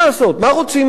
מה רוצים מהם?